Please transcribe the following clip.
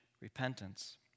repentance